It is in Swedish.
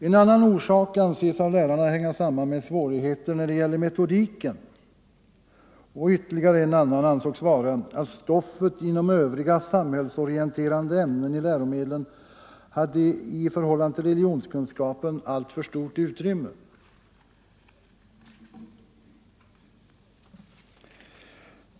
En annan orsak anses av lärarna vara svårigheter när det gäller metodiken, och ytterligare en ansågs vara att stoffet inom övriga samhällsorienterande ämnen i läromedlen hade ett i förhållande till religionskunskapen alltför stort utrymme.